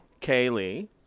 Kaylee